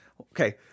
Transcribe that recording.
Okay